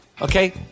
Okay